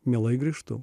mielai grįžtų